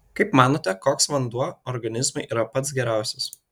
kaip manote koks vanduo organizmui yra pats geriausias